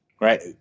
right